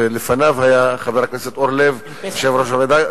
ולפניו היה חבר הכנסת אורלב יושב-ראש הוועדה,